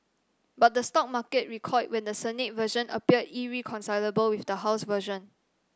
but the stock market recoiled when the Senate version appeared irreconcilable with the house version